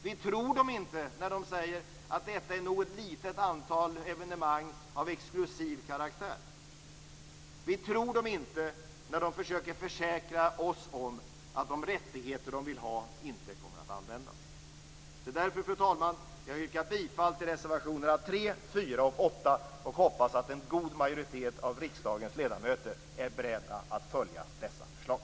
Vi tror den inte när den säger att detta nog gäller ett litet antal evenemang av exklusiv karaktär. Vi tror den inte när den försöker försäkra oss om att de rättigheter den vill ha inte kommer att användas. Det är därför, fru talman, jag yrkar bifall till reservationerna 3, 4 och 8 och hoppas att en god majoritet av riksdagens ledamöter är beredda att följa dessa förslag.